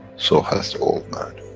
so has the old man.